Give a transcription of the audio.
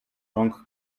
rąk